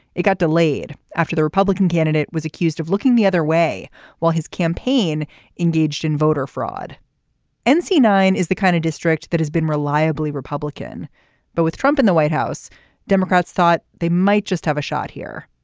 it got delayed after the republican candidate was accused of looking the other way while his campaign engaged in voter fraud and nc nine is the kind of district that has been reliably republican but with trump in the white house democrats thought they might just have a shot here.